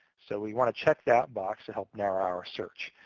so we want to check that box to help narrow our search.